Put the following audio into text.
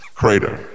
crater